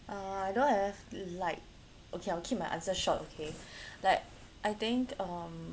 uh I don't have like okay I'll keep my answer short okay like I think um